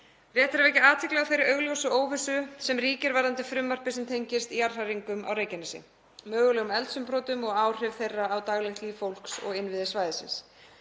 Rétt er að vekja athygli á þeirri augljósu óvissu sem ríkir varðandi frumvarpið sem tengist jarðhræringum á Reykjanesi, mögulegum eldsumbrotum og áhrifum þeirra á daglegt líf fólks og innviði svæðisins.